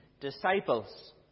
disciples